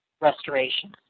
restoration